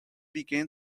began